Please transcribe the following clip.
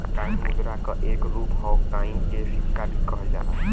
coin मुद्रा क एक रूप हौ कॉइन के सिक्का भी कहल जाला